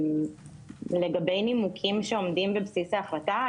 לגבי נימוקים שעומדים בבסיס ההחלטה,